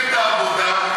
מפלגת העבודה,